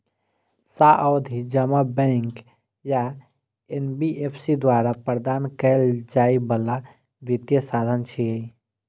सावधि जमा बैंक या एन.बी.एफ.सी द्वारा प्रदान कैल जाइ बला वित्तीय साधन छियै